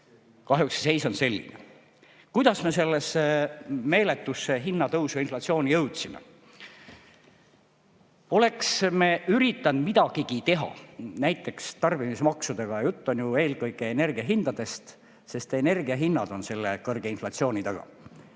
Kahjuks see seis on selline. Kuidas me sellesse meeletusse hinnatõusu ja inflatsiooni jõudsime? Oleks me üritanud midagigi teha näiteks tarbimismaksudega – jutt on ju eelkõige energiahindadest, sest energiahinnad on selle kõrge inflatsiooni taga.